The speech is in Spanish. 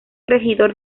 regidor